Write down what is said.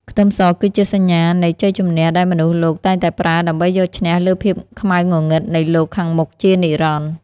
ខ្ទឹមសគឺជាសញ្ញានៃជ័យជំនះដែលមនុស្សលោកតែងតែប្រើដើម្បីយកឈ្នះលើភាពខ្មៅងងឹតនៃលោកខាងមុខជានិរន្តរ៍។